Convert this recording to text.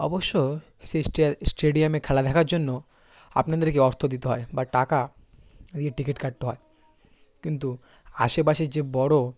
অবশ্য সেই স্টেডিয়ামে খেলা দেখার জন্য আপনাদেরকে অর্থ দিতে হয় বা টাকা দিয়ে টিকিট কাটতে হয় কিন্তু আশেপাশের যে বড়ো